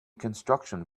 construction